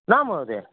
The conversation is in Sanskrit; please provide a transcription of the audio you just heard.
न महोदया